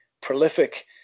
prolific